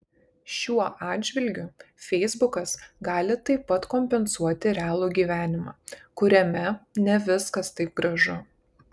šiuo atžvilgiu feisbukas gali taip pat kompensuoti realų gyvenimą kuriame ne viskas taip gražu